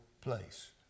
place